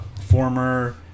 former